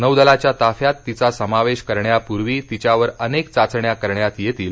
नौदलाच्या ताफ्यात तिचा समावेश करण्यापूर्वी तिच्यावर अनेक चाचण्या करण्यात येतील